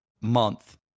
month